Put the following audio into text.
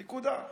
נקודה.